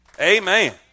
Amen